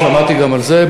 שמעתי גם על זה,